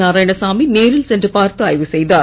நாராயணசாமி நேரில் சென்று பார்த்து ஆய்வு செய்தார்